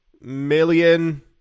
million